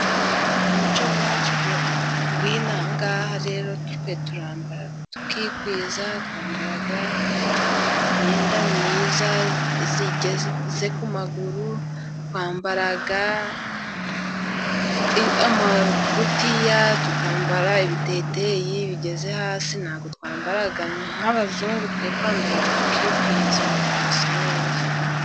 Umuco wacu winaha ngaha rero twe turambara tukikwiza. Twambaraga imyenda myiza igeze ku maguru, twamba ingutiya, tukambara ibiteyiteyi bigeze hasi, ntabwo twambara nk'abazungu, twe turambara tukikwiza, tugasa neza.